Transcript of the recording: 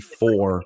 four